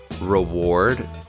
reward